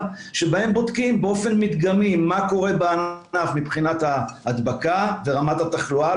שבהם בודקים באופן מדגמי מה קורה בענף מבחינת ההדבקה ורמת התחלואה,